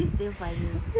he still funny